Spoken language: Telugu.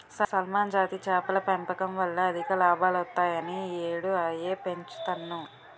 సాల్మన్ జాతి చేపల పెంపకం వల్ల అధిక లాభాలొత్తాయని ఈ యేడూ అయ్యే పెంచుతన్ను